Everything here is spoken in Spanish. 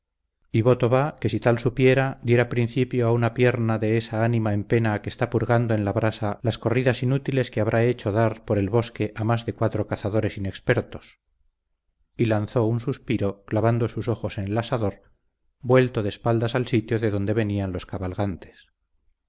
y voto va que si tal supiera diera principio a una pierna de esa ánima en pena que está purgando en la brasa las corridas inútiles que habrá hecho dar por el bosque a más de cuatro cazadores inexpertos y lanzó un suspiro clavando sus ojos en el asador vuelto de espaldas al sitio de donde venían los cabalgantes